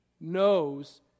knows